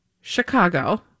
Chicago